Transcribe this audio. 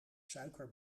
suiker